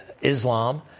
Islam